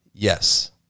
Yes